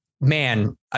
man